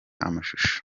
amashusho